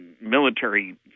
military